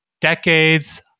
decades